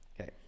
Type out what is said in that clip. okay